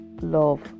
love